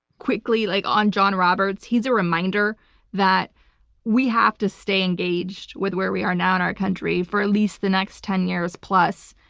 quickly, like on john roberts, he's a reminder that we have to stay engaged with where we are now in our country for at least the next ten years plus,